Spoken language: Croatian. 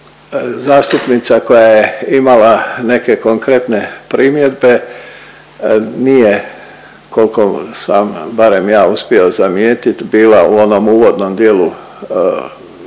zastupnica koja je imala neke konkretne primjedbe, nije, koliko sam barem ja uspio zamijetiti bila u onom uvodnom dijelu mog